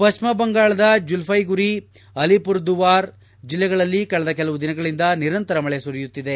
ಪಶ್ಚಿಮ ಬಂಗಾಳದ ಜಲ್ವೈಗುರಿ ಅಲಿಪುರ್ದುವಾರ್ ಜಿಲ್ಲೆಗಳಲ್ಲಿ ಕಳೆದ ಕೆಲವು ದಿನಗಳಿಂದ ನಿರಂತರ ಮಳೆ ಸುರಿಯುತ್ತಿದೆ